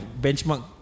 benchmark